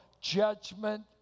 judgment